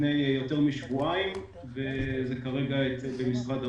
לפני יותר משבועיים וזה כרגע במשרד האוצר.